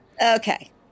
Okay